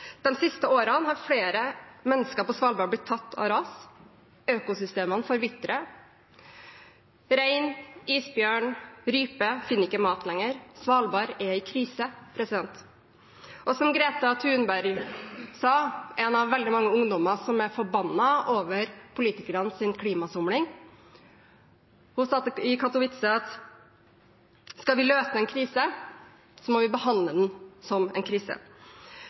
siste årene har flere mennesker på Svalbard blitt tatt av ras, økosystemene forvitrer, og rein, isbjørn og rype finner ikke mat lenger. Svalbard er i krise. Som Greta Thunberg, en av veldig mange ungdommer som er forbannet over politikernes klimasomling, sa i Katowice: Skal vi løse en krise, må vi behandle den som en krise.